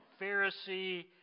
Pharisee